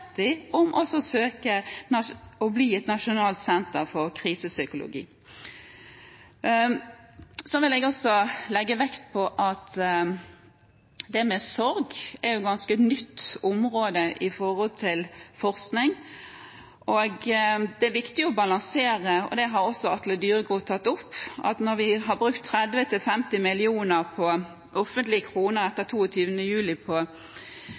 om å søke om å bli et nasjonalt senter for krisepsykologi. Så vil jeg også legge vekt på det med sorg – et ganske nytt område innen forskning – hvor det er viktig å balansere. Det har også Atle Dyregrov tatt opp, at mens vi har brukt 30–50 mill. kr – offentlige kroner – etter 22. juli på